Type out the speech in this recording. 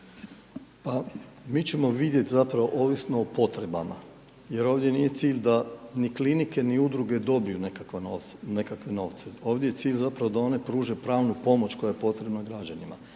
mi ćemo vidjet zapravo ovisno o potrebama jer ovdje nije cilj da ni klinike ni udruge dobiju nekakve novce, ovdje je cilj zapravo da one pruže pravnu pomoć koja je potrebna građanima